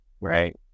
right